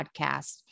podcast